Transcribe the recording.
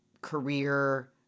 career